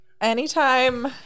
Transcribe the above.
anytime